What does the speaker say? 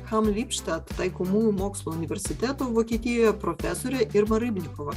hamm lippstadt taikomųjų mokslų universiteto vokietijoje profesorė irma rybnikova